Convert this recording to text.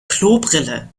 klobrille